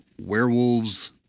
werewolves